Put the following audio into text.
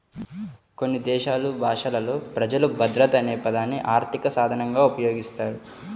కొన్ని దేశాలు భాషలలో ప్రజలు భద్రత అనే పదాన్ని ఆర్థిక సాధనంగా ఉపయోగిస్తారు